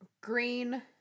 green